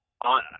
on